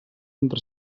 entre